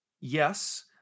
yes